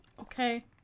okay